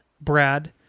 Brad